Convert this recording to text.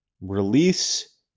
release